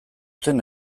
zen